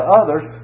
others